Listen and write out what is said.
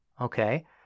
Okay